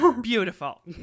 Beautiful